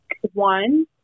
one